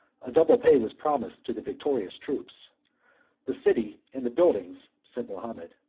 a double pay was promised to the victorious troops the city and the buildings, said mahomet,